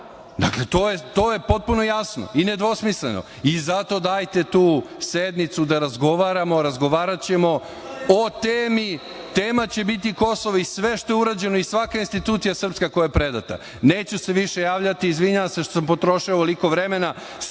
za to. To je potpuno jasno i nedvosmisleno. Zato dajte tu sednicu da razgovaramo. Razgovaraćemo o temi. Tema će biti Kosovo i sve što je urađeno i svaka institucija srpska koja je predata. Neću se više javljati, izvinjavam se što sam potrošio toliko vremena,